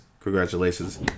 Congratulations